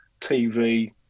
TV